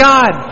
God